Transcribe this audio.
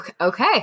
Okay